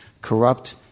corrupt